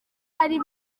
ari